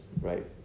right